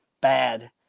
bad